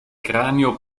cranio